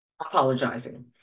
apologizing